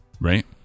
Right